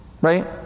right